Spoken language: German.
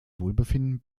wohlbefinden